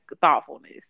thoughtfulness